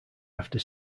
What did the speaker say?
after